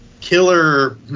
killer